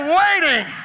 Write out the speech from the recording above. waiting